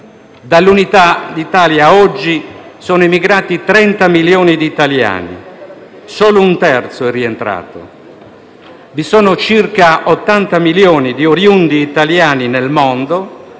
dall'Unità d'Italia ad oggi sono emigrati 30 milioni di italiani e solo un terzo è rientrato; vi sono circa 80 milioni di oriundi italiani nel mondo,